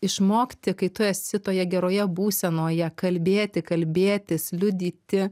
išmokti kai tu esi toje geroje būsenoje kalbėti kalbėtis liudyti